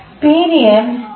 period 1510020